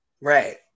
Right